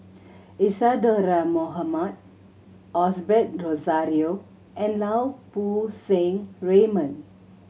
Isadhora Mohamed Osbert Rozario and Lau Poo Seng Raymond